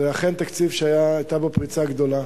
זה אכן תקציב שהיתה בו פריצה גדולה.